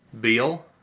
Beal